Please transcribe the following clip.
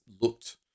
looked